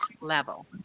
level